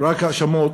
שרק האשמות.